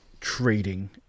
trading